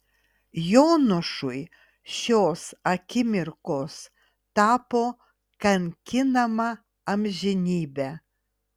jonušui šios akimirkos tapo kankinama amžinybe